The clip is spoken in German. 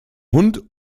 hund